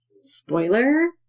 Spoiler